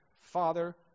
father